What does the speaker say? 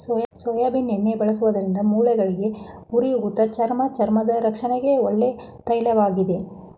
soybean ಎಣ್ಣೆ ಬಳಸುವುದರಿಂದ ಮೂಳೆಗಳಿಗೆ, ಉರಿಯೂತ, ಚರ್ಮ ಚರ್ಮದ ರಕ್ಷಣೆಗೆ ಒಳ್ಳೆಯ ತೈಲವಾಗಿದೆ